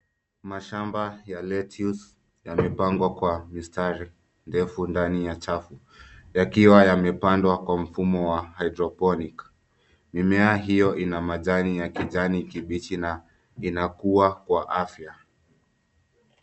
Mashamba ya cs[lettuce]cs yamepangwa kwa mistari ndefu ndani ya chafu yakiwa yamepandwa kwa mfumo wa cs[hydroponic]cs. Mimea hiyo ina majani ya kijani kibichi na inakuwa kwa afya.